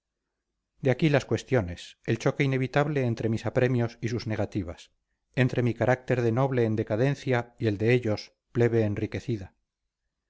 de aquí las cuestiones el choque inevitable entre mis apremios y sus negativas entre mi carácter de noble en decadencia y el de ellos plebe enriquecida